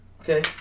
Okay